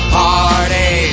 party